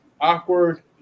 awkward